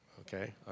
okay